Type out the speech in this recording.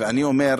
ואני אומר,